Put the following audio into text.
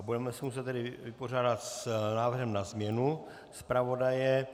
Budeme se muset tedy vypořádat s návrhem na změnu zpravodaje.